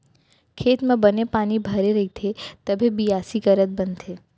खेत म बने पानी भरे रइथे तभे बियासी करत बनथे